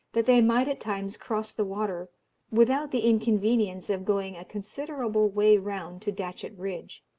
that they might at times cross the water without the inconvenience of going a considerable way round to datchet bridge.